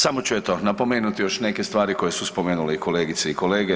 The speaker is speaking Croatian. Samo ću eto napomenuti još neke stvari koje su spomenule i kolegice i kolege.